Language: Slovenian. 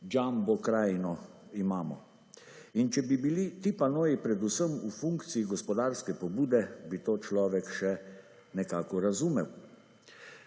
Jumbo krajino imamo. In če bi bili ti panoji, predvsem v funkciji gospodarske pobude, bi to človek še nekako razumel.